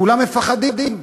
כולם מפחדים.